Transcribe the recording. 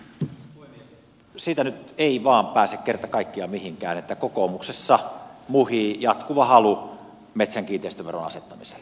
siitä nyt ei vain pääse kerta kaikkiaan mihinkään että kokoomuksessa muhii jatkuva halu metsän kiinteistöveron asettamiselle